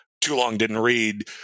too-long-didn't-read